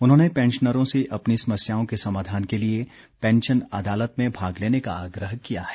उन्होंने पैंशनरों से अपनी समस्याओं के समाधान के लिए पैंशन अदालत में भाग लेने का आग्रह किया है